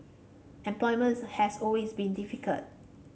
employment has always been difficult